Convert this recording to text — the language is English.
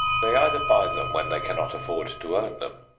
they either buy them when they cannot afford to own them,